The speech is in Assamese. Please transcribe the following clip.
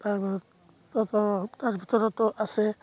তাতো তাৰ ভিতৰতো আছে